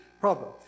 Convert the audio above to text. problem